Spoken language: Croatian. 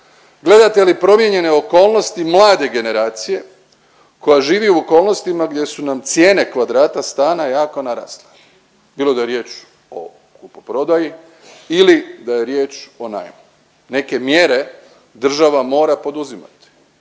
Gledate li promijenjene okolnosti mlade generacije koja živi u okolnostima gdje su nam cijene kvadrata stana jako narasle, bilo da je riječ o kupoprodaji ili da je riječ o najmu. Neke mjere država mora poduzimati.